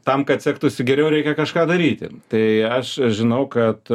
tam kad sektųsi geriau reikia kažką daryti tai aš žinau kad